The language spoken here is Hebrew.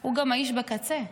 הוא גם האיש בקצה.